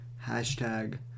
hashtag